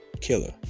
killer